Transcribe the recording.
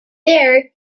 there